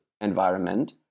environment